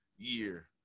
year